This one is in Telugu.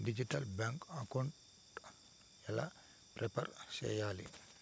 డిజిటల్ బ్యాంకు అకౌంట్ ఎలా ప్రిపేర్ సెయ్యాలి?